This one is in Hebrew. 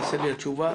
חסרה לי תשובה.